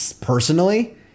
personally